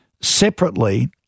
Separately